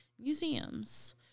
museums